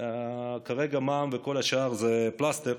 כרגע מע"מ וכל השאר זה פלסטר,